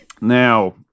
Now